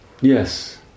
Yes